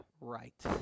right